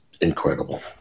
incredible